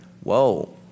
Whoa